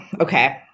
okay